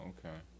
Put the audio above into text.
Okay